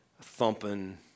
thumping